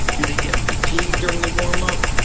do they get fatigued during the warm up.